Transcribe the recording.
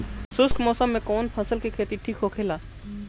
शुष्क मौसम में कउन फसल के खेती ठीक होखेला?